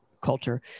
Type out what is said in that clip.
culture